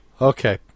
Okay